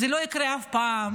זה לא יקרה אף פעם,